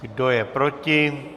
Kdo je proti?